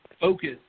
focus